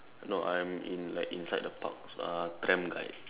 no I'm in like inside the parks uh tram guide